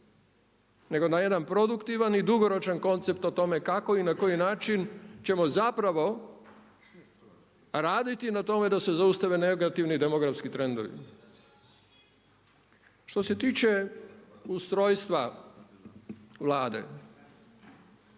nego na jedan produktivan i dugoročan koncept o tome kako i na koji način ćemo zapravo raditi na tome da se zaustave negativni demografski trendovi. Što se tiče ustrojstva Vlade,